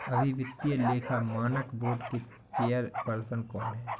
अभी वित्तीय लेखा मानक बोर्ड के चेयरपर्सन कौन हैं?